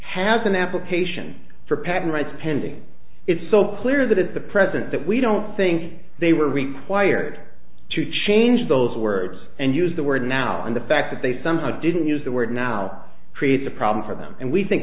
an application for patent rights pending it's so clear that at the present that we don't think they were required to change those words and use the word now and the fact that they somehow didn't use the word now creates a problem for them and we think